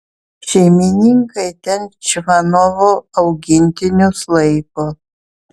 šeimininkai ten čvanovo augintinius laiko